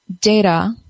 data